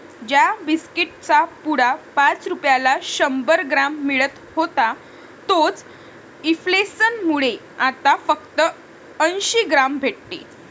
ज्या बिस्कीट चा पुडा पाच रुपयाला शंभर ग्राम मिळत होता तोच इंफ्लेसन मुळे आता फक्त अंसी ग्राम भेटते